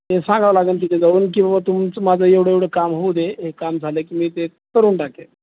ते सांगायला लागेल तिथे जाऊन की बाबा तुमचं माझं एवढं एवढं काम होऊ दे हे काम झालं की मी ते करून टाकेन